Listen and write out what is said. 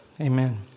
amen